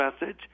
message